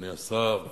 אדוני השר,